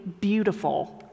beautiful